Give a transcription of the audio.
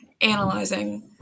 analyzing